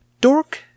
Dork